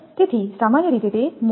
તેથી સામાન્ય રીતે તે મોંઘું થશે